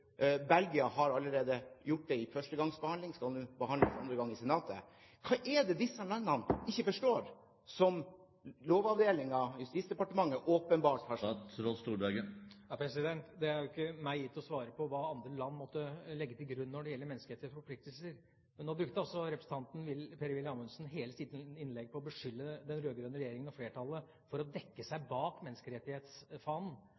Belgia har allerede gjort det i førstegangsbehandling, og det skal nå behandles for andre gang i senatet. Hva er det disse landene ikke forstår, som Lovavdelingen i Justisdepartementet åpenbart har skjønt? Det er ikke meg gitt å svare på hva andre land måtte legge til grunn når det gjelder menneskerettslige forpliktelser. Men nå brukte altså representanten Per-Willy Amundsen hele sitt innlegg på å beskylde den rød-grønne regjeringa og flertallet for å dekke